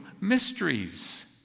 mysteries